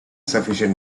sufficient